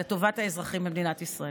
לטובת האזרחים במדינת ישראל.